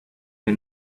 may